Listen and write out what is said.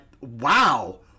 Wow